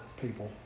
people